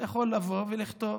אתה יכול לבוא ולכתוב: